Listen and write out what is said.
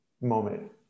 Moment